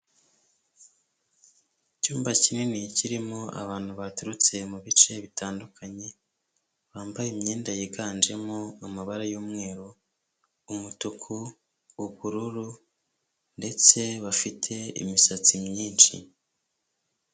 Icyumba kinini kirimo abantu baturutse mu bice bitandukanye, bambaye imyenda yiganjemo amabara y'umweru, umutuku, ubururu ndetse bafite imisatsi myinshi.